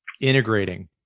integrating